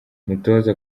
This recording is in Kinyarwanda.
umutoza